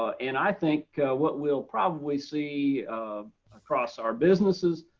and i think what we'll probably see across our businesses,